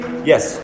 Yes